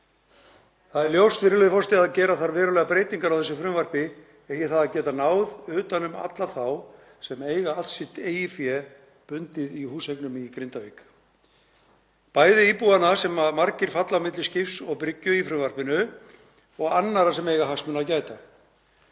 Það er ljóst, virðulegur forseti, að gera þarf verulegar breytingar á þessu frumvarpi eigi það að geta náð utan um alla þá sem eiga allt sitt eigið fé bundið í húseignum í Grindavík, bæði íbúana sem margir falla á milli skips og bryggju í frumvarpinu og aðra sem eiga hagsmuna að gæta.